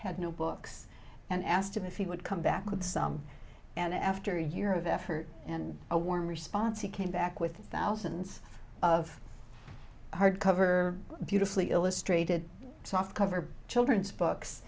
had no books and asked him if he would come back with some and after a year of effort and a warm response he came back with thousands of hardcover beautifully illustrated softcover children's books